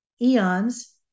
eons